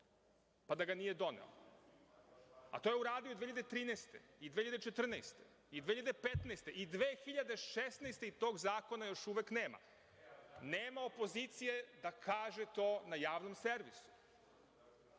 pa da ga nije doneo, a to je uradio 2013, i 2014, i 2015, i 2016. godine i tog zakona još uvek nema. Nema opozicije da kaže to na javnom servisu. Premijer